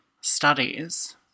studies